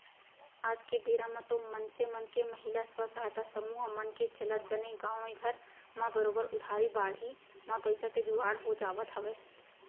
आज के बेरा म तो मनसे मन के महिला स्व सहायता समूह मन के चलत बने गाँवे घर म बरोबर उधारी बाड़ही म पइसा के जुगाड़ हो जावत हवय